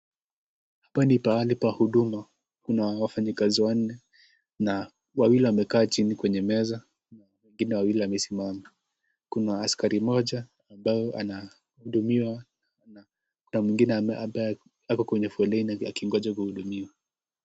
Hapa ni pahali pa huduma ,kuna wafanyikazi wanne na wawili wamekaa chini kwenye meza wengine wawili wamesimama. Kuna askari mmoja ambayo anahudumiwa na mwingine ambaye ako kwenye foleni akingoja kuhudumiwa.